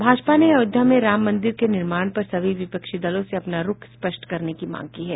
भाजपा ने अयोध्या में राम मंदिर के निर्माण पर सभी विपक्षी दलों से अपना रुख स्पष्ट करने की मांग की है